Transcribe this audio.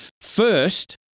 First